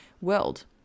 world